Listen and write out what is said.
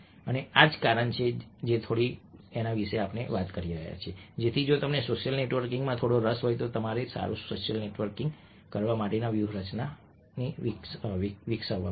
અને આ જ કારણ છે કે અમે તેના વિશે થોડી વાત કરી રહ્યા છીએ જેથી જો તમને સોશિયલ નેટવર્કિંગમાં થોડો રસ હોય તો તમે સારું સોશિયલ નેટવર્કિંગ કરવા માટેની વ્યૂહરચના વિકસાવી શકો